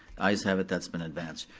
ayes have it, that's been advanced.